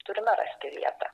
turime rasti vietą